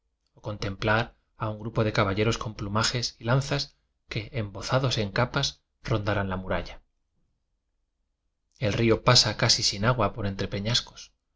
contemplar a un grupo de caballeros con plumajes y lan zas que embozados en capas rondaran la muralla el río pasa casi sin agua por entre pe